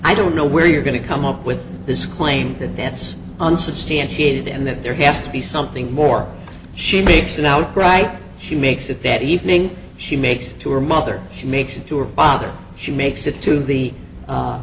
i don't know where you're going to come up with this claim that that's unsubstantiated and that there has to be something more she makes an outcry she makes it that evening she makes to her mother she makes it to her father she makes it to the a